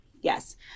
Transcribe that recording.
Yes